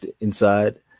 inside